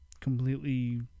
completely